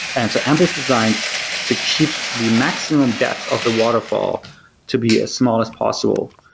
and so amp is designed to keep the maximum depth of the waterfall to be as small as possible.